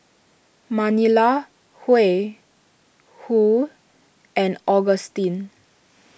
Manilla Huy and Augustin